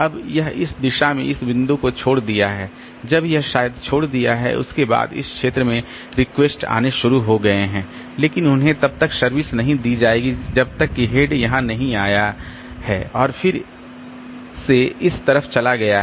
जब यह इस दिशा में इस बिंदु को छोड़ दिया है जब यह शायद छोड़ दिया है उसके बाद इस क्षेत्र में रिक्वेस्ट आने शुरू हो गए हैं लेकिन उन्हें तब तक सर्विस नहीं दी जाएगी जब तक कि हेड यहां नहीं आया है और फिर से इस तरफ चला गया है